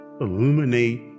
illuminate